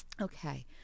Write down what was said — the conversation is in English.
okay